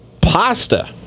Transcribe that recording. Pasta